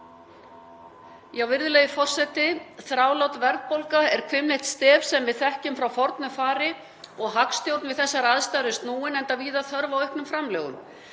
Virðulegur forseti. Þrálát verðbólga er hvimleitt stef sem við þekkjum frá fornu fari og hagstjórn við þessar aðstæður er snúin, enda víða þörf á auknum framlögum.